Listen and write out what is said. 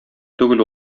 түгел